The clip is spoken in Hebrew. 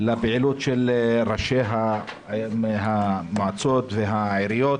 לפעילות של ראשי המועצות והעיריות